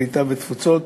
הקליטה והתפוצות,